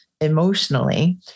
emotionally